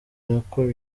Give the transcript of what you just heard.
nako